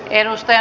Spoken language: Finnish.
edustaja